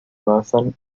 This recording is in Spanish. basan